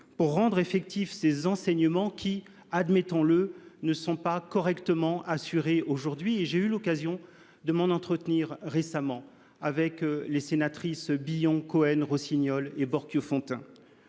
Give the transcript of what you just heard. pour rendre effectifs ces enseignements, qui, admettons-le, ne sont pas correctement assurés aujourd'hui. J'ai eu l'occasion de m'en entretenir récemment avec les sénatrices Annick Billon,